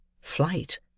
Flight